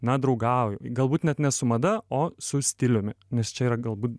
na draugauju galbūt net ne su mada o su stiliumi nes čia yra galbūt